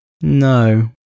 No